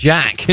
Jack